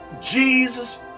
Jesus